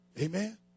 Amen